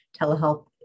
telehealth